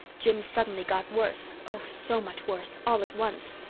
jims suddenly got worse oh, so much worse all at once.